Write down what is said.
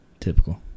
Typical